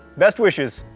best wishes,